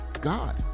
God